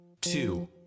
two